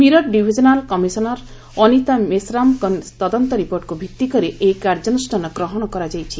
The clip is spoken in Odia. ମିରଟ୍ ଡିଭିଜନାଲ୍ କମିଶନର୍ ଅନିତା ମେସ୍ରାମ୍ଙ୍କ ତଦନ୍ତ ରିପୋର୍ଟକୁ ଭିଭିକରି ଏହି କାର୍ଯ୍ୟାନୁଷ୍ଠାନ ଗ୍ରହଣ କରାଯାଇଛି